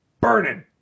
burning